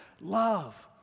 Love